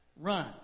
run